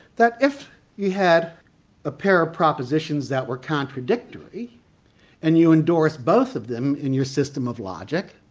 that if you had a pair of propositions that were contradictory and you endorsed both of them in your system of logic,